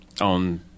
on